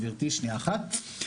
גברתי, שנייה אחת.